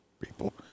People